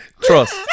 Trust